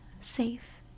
safe